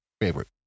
Favorite